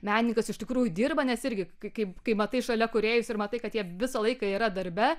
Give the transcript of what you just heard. menininkas iš tikrųjų dirba nes irgi kaip kai matai šalia kūrėjus ir matai kad jie visą laiką yra darbe